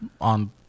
on